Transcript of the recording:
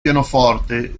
pianoforte